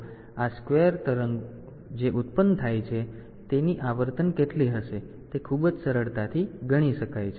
તેથી આ સ્કવેર તરંગ જે ઉત્પન્ન થાય છે તેની આવર્તન કેટલી હશે તે ખૂબ જ સરળતાથી ગણતરી કરી શકાય છે